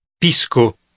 Pisco